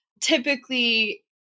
typically